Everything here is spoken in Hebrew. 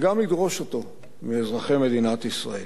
וגם לדרוש אותו מאזרחי מדינת ישראל.